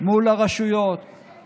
מול הרשויות לבדו.